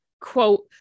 quote